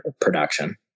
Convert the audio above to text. production